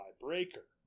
Breaker